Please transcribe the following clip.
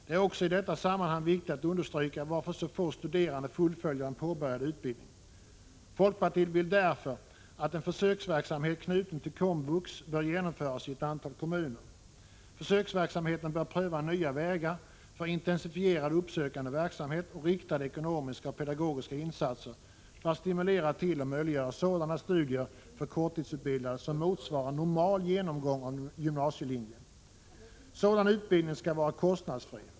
Det är också i detta sammanhang viktigt att understryka varför så få studerande fullföljer en påbörjad utbildning. Folkpartiet anser därför att en försöksverksamhet, knuten till komvux, bör genomföras i ett antal kommuner. Försöksverksamheten bör pröva nya vägar för intensifierad uppsökande verksamhet och riktade ekonomiska och pedagogiska insatser för att stimulera till och möjliggöra sådana studier för korttidsutbildade som motsvarar ”normal genomgång” av gymnasielinje. Sådan utbildning skall vara kostnadsfri.